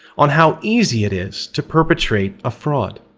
on how easy it is to perpetrate a fraud.